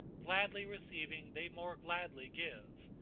gladly receiving, they more gladly give,